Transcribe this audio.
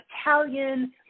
Italian